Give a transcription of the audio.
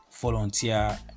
volunteer